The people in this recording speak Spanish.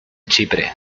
chipre